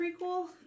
prequel